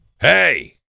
Hey